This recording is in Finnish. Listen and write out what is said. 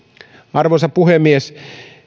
arvoisa puhemies